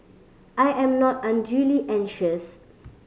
I am not unduly anxious